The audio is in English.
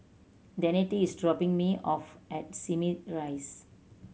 Danette is dropping me off at Simei Rise